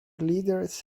leaders